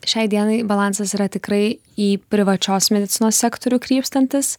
šiai dienai balansas yra tikrai į privačios medicinos sektorių krypstantis